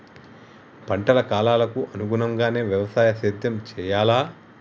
పంటల కాలాలకు అనుగుణంగానే వ్యవసాయ సేద్యం చెయ్యాలా?